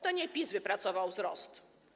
To nie PiS wypracował wzrost.